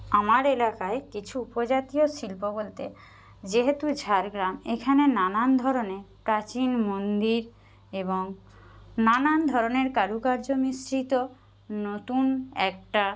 আমার এলাকায় কিছু উপজাতীয় শিল্প বলতে যেহেতু ঝাড়গ্রাম এখানে নানান ধরনের প্রাচীন মন্দির এবং নানান ধরনের কারুকার্য মিশ্রিত নতুন একটা